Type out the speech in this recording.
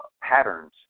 patterns